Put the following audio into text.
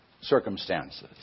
circumstances